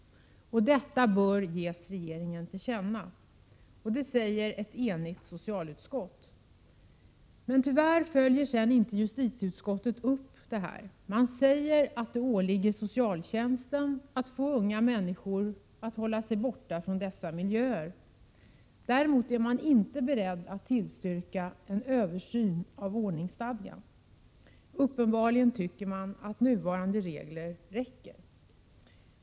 Detta bör ges regeringen till känna. Det säger ett enigt socialutskott. Men tyvärr följer sedan inte justitieutskottet upp detta. Man säger att det åligger socialtjänsten att få unga människor att hålla sig borta från dessa miljöer. Däremot är man inte beredd att tillstyrka en översyn av ordningsstadgan. Uppenbarligen tycker man att nuvarande regler räcker.